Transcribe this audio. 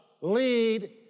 lead